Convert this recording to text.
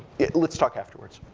let's talk afterwards.